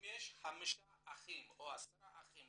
אם יש חמישה או עשרה אחים,